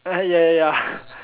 ah ya ya ya